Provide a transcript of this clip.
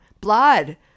Blood